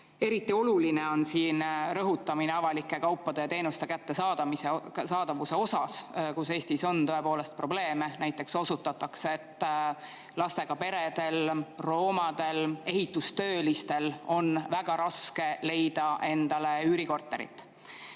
Eriti oluline on rõhutamine avalike kaupade ja teenuste kättesaadavuse puhul, millega Eestis on tõepoolest probleeme, näiteks osutatakse, et lastega peredel, romadel, ehitustöölistel on väga raske leida üürikorterit. See